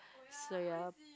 so yup